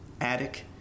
attic